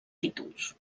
títols